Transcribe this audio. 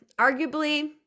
arguably